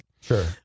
sure